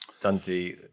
Dundee